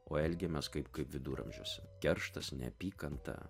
o elgiamės kaip kaip viduramžiuose kerštas neapykanta